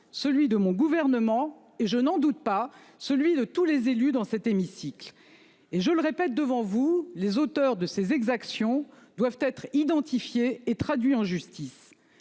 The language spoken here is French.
Celui de mon gouvernement et je n'en doute pas celui de tous les élus dans cet hémicycle. Et je le répète devant vous. Les auteurs de ces exactions doivent être identifiés et traduits en justice.